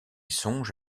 songe